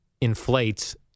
inflates